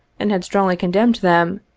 and had strongly condemned them,